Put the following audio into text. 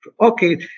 Okay